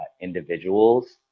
individuals